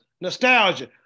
Nostalgia